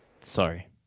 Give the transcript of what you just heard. sorry